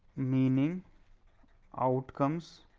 meaning outcomes,